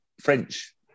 French